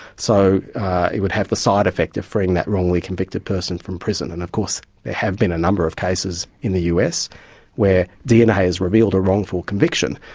so it would have the side-effect of freeing that wrongly convicted person from prison. and of course there have been a number of cases in the us where dna has revealed a wrongful conviction.